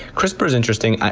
crispr is interesting.